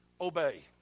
Obey